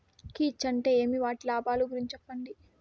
కీచ్ అంటే ఏమి? వాటి లాభాలు గురించి సెప్పండి?